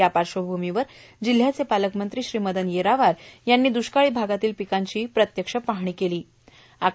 या पाश्वभूमीवर जिल्ह्याचे पालकमंत्री मदन येरावार यांनी द्ष्काळी भागातील पिकांची प्रत्यक्ष पाहणी केलों